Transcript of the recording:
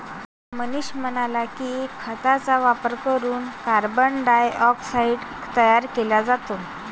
मनीषा म्हणाल्या की, खतांचा वापर करून कार्बन डायऑक्साईड तयार केला जातो